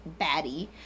baddie